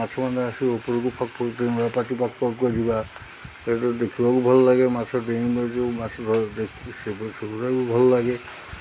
ମାଛ ମାନ ଆସ ଉପରକୁ ଫକ୍ ଫକ୍ ପାଟି ଫକ୍ ଫକ୍ କରିବା ସେ ଦେଖିବାକୁ ଭଲ ଲାଗେ ମାଛ ଡେଇଁବ ଯେଉଁ ଭଲ ଲାଗେ